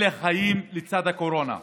אלה החיים לצד הקורונה.